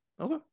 Okay